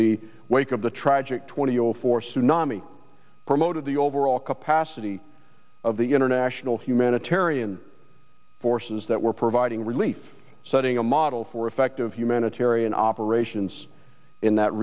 the wake of the tragic twenty zero four tsunami promoted the overall capacity of the international humanitarian forces that were providing relief setting a model for effective humanitarian operations in that